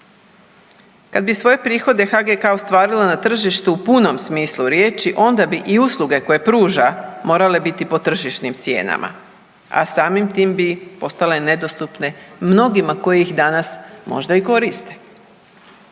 Kad bi svoje prihode HGK ostvarila na tržištu u punom smislu riječi onda bi i usluge koje pruža morale biti po tržišnim cijenama, a samim tim bi postale nedostupne mnogima koji ih danas možda i koriste.